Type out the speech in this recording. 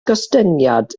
gostyngiad